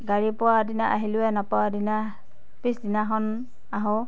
গাড়ী পোৱাৰ দিনা আহিলোঁ নোপোৱাৰ দিনা পিচদিনাখন আহোঁ